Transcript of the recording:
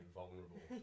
vulnerable